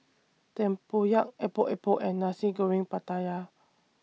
Tempoyak Epok Epok and Nasi Goreng Pattaya